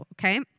Okay